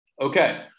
Okay